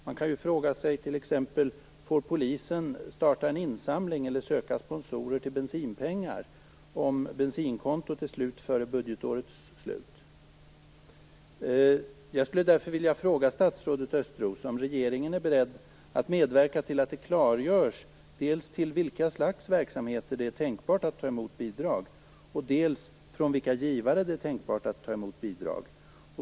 Man kan t.ex. fråga sig om polisen får starta en insamling eller söka sponsorer till bensinpengar om bensinkontot är slut före budgetårets slut. Jag skulle vilja fråga statsrådet Östros om regeringen är beredd att medverka till att det klargörs dels till vilka slags verksamheter det är tänkbart att ta emot bidrag, dels från vilka givare det är tänkbart att ta emot bidrag.